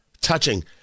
touching